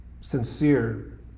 sincere